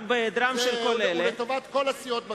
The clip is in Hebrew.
זה לטובת כל הסיעות בכנסת.